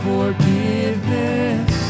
Forgiveness